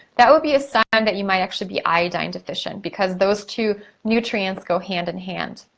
that would be a sign that you might actually be iodine deficient, because those two nutrients go hand in hand.